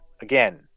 again